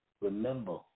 remember